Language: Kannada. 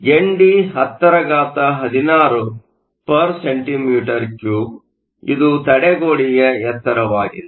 ಎನ್ಡಿ 1016 cm 3 ಇದು ತಡೆಗೋಡೆಯ ಎತ್ತರವಾಗಿದೆ